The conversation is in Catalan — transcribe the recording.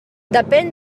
depén